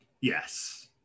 Yes